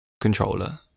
controller